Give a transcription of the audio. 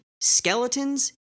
Skeletons